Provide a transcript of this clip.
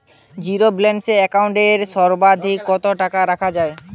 Zero balance account এ সর্বাধিক কত টাকা রাখা য়ায়?